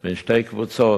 בין שתי קבוצות,